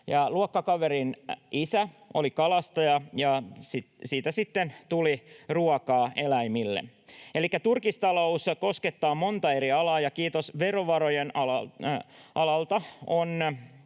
Luokkakaverin isä oli kalastaja, ja siitä sitten tuli ruokaa eläimille. Elikkä turkistalous koskettaa montaa eri alaa, ja, kiitos verovarojen, alalta